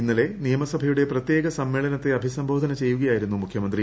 ഇന്നലെ നിയമസഭയുടെ പ്രത്യേക സമ്മേളനത്തെ അഭിസംബോധന ചെയ്യുകയായിരുന്നു മുഖ്യമന്ത്രി